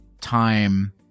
time